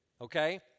okay